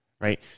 right